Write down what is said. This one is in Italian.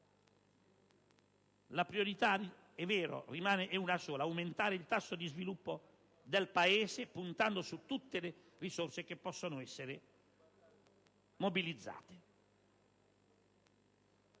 La priorità è quindi una sola: aumentare il tasso di sviluppo del Paese, puntando su tutte le risorse che possono essere mobilizzate.